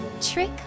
Trick